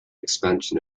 expansion